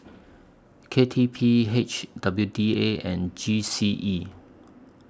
K T P H W D A and G C E